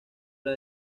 era